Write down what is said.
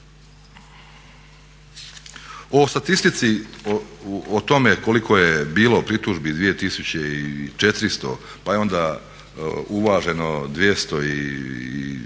O statistici, o tome koliko je bilo pritužbi 2400, pa je onda uvaženo 220,